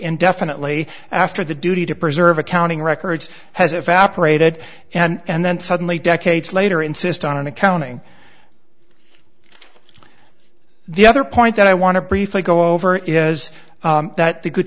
indefinitely after the duty to preserve accounting records has evaporated and then suddenly decades later insist on an accounting the other point that i want to briefly go over is that the good